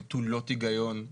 נטולות היגיון,